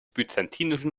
byzantinischen